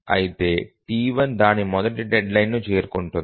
అయితే T1 దాని మొదటి డెడ్లైన్ను చేరుకుంటుంది